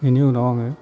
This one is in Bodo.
बेनि उनाव आङो